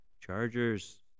Chargers